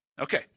Okay